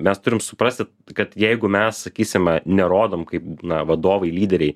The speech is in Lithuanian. mes turim suprasti kad jeigu mes sakysime nerodom kaip na vadovai lyderiai